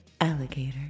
Alligator